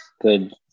Good